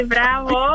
Bravo